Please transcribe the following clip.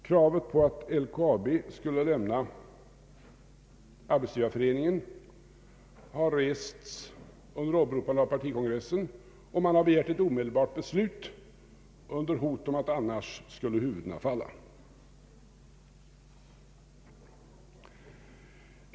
Kravet på att LKAB skulle lämna Arbetsgivareföreningen har rests under åberopande av partikongressen, och man har begärt ett omedelbart beslut under hot om att annars skulle huvuden falla.